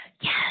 Yes